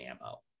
ammo